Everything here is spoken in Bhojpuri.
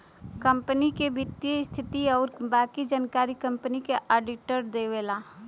कंपनी क वित्तीय स्थिति आउर बाकी जानकारी कंपनी क आडिटर देवला